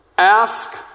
Ask